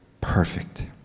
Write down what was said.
perfect